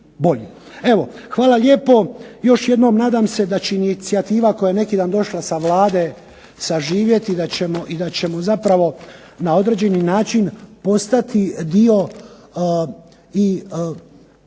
Evo, hvala lijepo. Još jednom nadam se da će inicijativa koja je neki dan došla sa Vlade zaživjeti i da ćemo zapravo na određeni način postati dio i zemalja